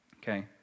Okay